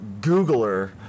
Googler